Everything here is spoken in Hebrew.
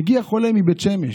מגיע חולה מבית שמש,